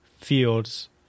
Fields